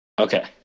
Okay